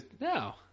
No